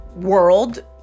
world